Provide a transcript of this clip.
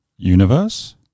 Universe